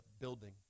building